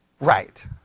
Right